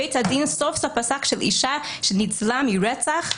בית הדין סוף סוף פסק שלאישה שניצלה מרצח,